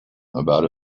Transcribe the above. about